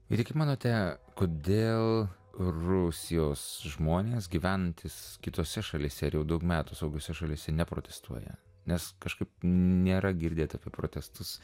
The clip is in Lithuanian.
ir kaip manote kodėl rusijos žmonės gyvenantys kitose šalyse jau daug metų saugiose šalyse neprotestuoja nes kažkaip nėra girdėta apie protestus